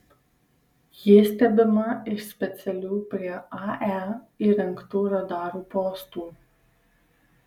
ji stebima iš specialių prie ae įrengtų radarų postų